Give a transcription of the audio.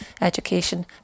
education